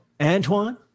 Antoine